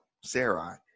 Sarai